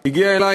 שהגיעה אלי,